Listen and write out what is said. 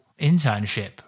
internship